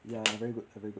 ya very good very good